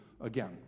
again